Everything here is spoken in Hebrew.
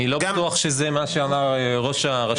אני לא בטוח שזה מה שאמר ראש הרשות.